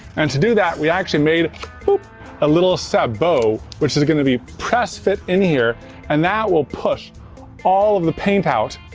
and to do that we actually made a little sabot which is gonna be pressed fit in here and that will push all of the paint out.